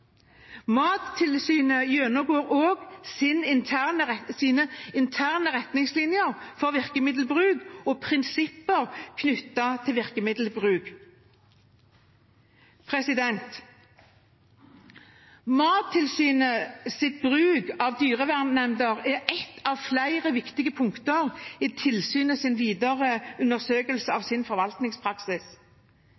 Mattilsynet gjennomgår også sine interne retningslinjer for virkemiddelbruk og prinsipper knyttet til virkemiddelbruk. Mattilsynets bruk av dyrevernnemnder er ett av flere viktige punkter i tilsynets videre undersøkelser av sin forvaltningspraksis. Det følger av